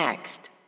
Next